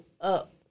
up